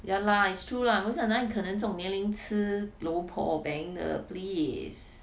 ya lah it's true lah most of 那里可能这种年龄吃 low poh bang 的 please